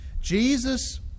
jesus